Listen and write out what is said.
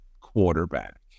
quarterback